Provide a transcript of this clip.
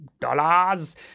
dollars